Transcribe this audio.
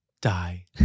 Die